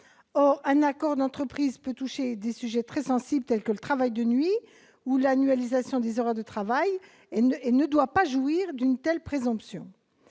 Or un accord d'entreprise peut concerner des sujets très sensibles, comme le travail de nuit ou l'annualisation des horaires de travail ; il ne doit pas jouir d'une telle présomption.